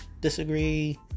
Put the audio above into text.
Disagree